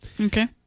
Okay